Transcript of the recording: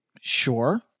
Sure